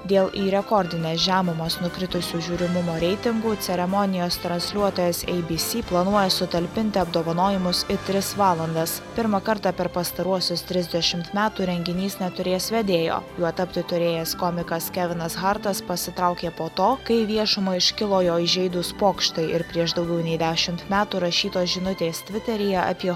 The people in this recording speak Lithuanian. dėl į rekordines žemumas nukritusių žiūrimumo reitingų ceremonijos transliuotojas ei by cy planuoj sutalpinti apdovanojimus į tris valandas pirmą kartą per pastaruosius trisdešimt metų renginys neturės vedėjo juo tapti turėjęs komikas kevinas hartas pasitraukė po to kai į viešumą iškilo jo įžeidūs pokštai ir prieš daugiau nei dešimt metų rašytos žinutės tviteryje apie